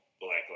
Black